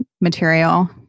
material